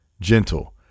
gentle